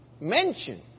mention